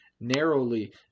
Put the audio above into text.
narrowly